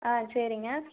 ஆ சரிங்க